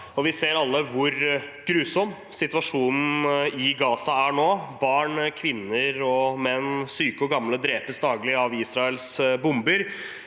Vi ser alle hvor grusom situasjonen i Gaza er nå. Barn, kvinner og menn, syke og gamle drepes daglig av Israels bomber.